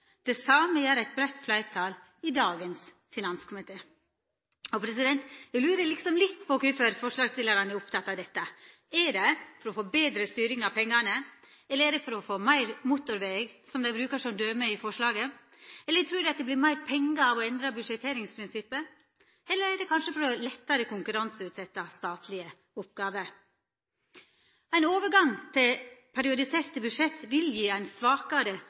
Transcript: Det same gjer eit breitt fleirtal i dagens finanskomité. Eg lurer litt på kvifor forslagsstillarane er opptekne av dette. Er det for å få betre styring med pengane, eller er det for å få meir motorveg, som dei brukar som døme i forslaget? Trur dei at det vert meir pengar av å endra budsjetteringsprinsippet, eller er det kanskje for lettare å konkurranseutsetja statlege oppgåver? Ein overgang til periodiserte budsjett vil gje eit svakare